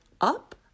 up